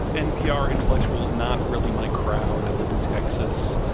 npr intellectual is not really my crowd. i live in texas.